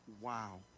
Wow